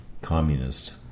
communist